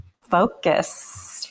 focus